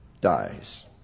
dies